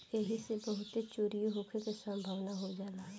ऐइसे बहुते चोरीओ होखे के सम्भावना हो जाला